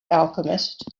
alchemist